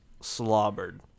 slobbered